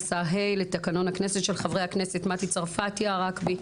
111 (ה) לתקנון הכנסת של חברי הכנסת מטי צרפתי הרכבי,